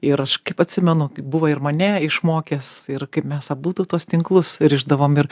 ir aš kaip atsimenu buvo ir mane išmokęs ir kaip mes abudu tuos tinklus rišdavom ir